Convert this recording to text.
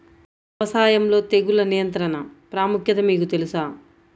వ్యవసాయంలో తెగుళ్ల నియంత్రణ ప్రాముఖ్యత మీకు తెలుసా?